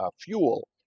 fuel